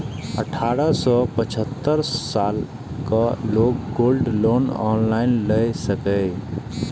अठारह सं पचहत्तर सालक लोग गोल्ड लोन ऑनलाइन लए सकैए